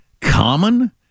common